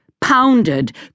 pounded